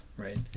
Right